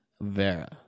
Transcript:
Vera